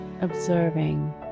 observing